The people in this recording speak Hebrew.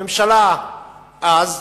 הממשלה אז,